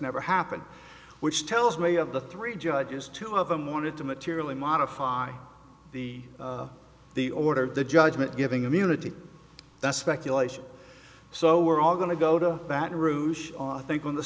never happened which tells me of the three judges two of them wanted to materially modify the the order of the judgment giving immunity that's speculation so we're all going to go to baton rouge on i think on the